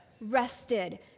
Rested